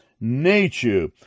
nature